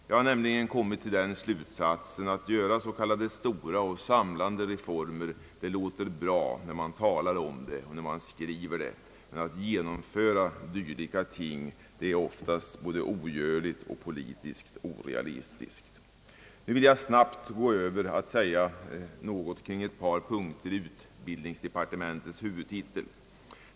Jag har kommit till den slutsatsen att s.k. stora och samlande reformer låter bra, när man talar och skriver om dem, men att genomföra dylika ting är oftast både ogörligt och politiskt orealistiskt. Så vill jag snabbt gå över till att säga någonting kring ett par punkter i utbildningsdepartementets huvudtitel.